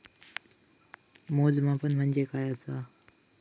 मोजमाप म्हणजे काय असा?